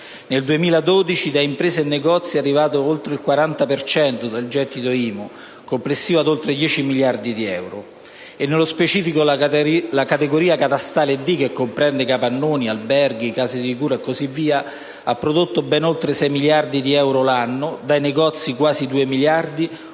Nel 2012 da imprese e negozi è arrivato oltre il 40 per cento del gettito IMU complessivo, pari ad oltre 10 miliardi di euro. Nello specifico, la categoria catastale «D», che comprende capannoni, alberghi, case di cura e così via, ha prodotto ben oltre 6 miliardi di euro l'anno, dai negozi arriva